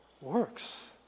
works